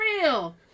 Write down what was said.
real